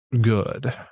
good